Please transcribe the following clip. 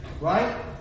Right